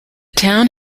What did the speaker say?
town